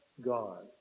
God